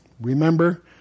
remember